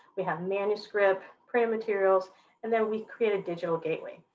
we have manuscript print materials and then we create a digital gateway,